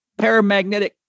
paramagnetic